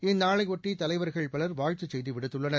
இந்நாளைபொட்டிதலைவர்கள் பலர் வாழ்த்துச் செய்திவிடுத்துள்ளனர்